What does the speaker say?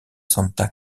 santa